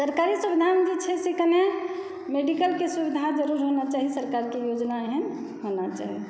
सरकारी सुविधामे जे छै से कनि मेडिकलक सुविधा ज़रूर होना चाही सरकारके योजनामे एहन होना चाही